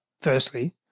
Firstly